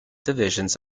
divisions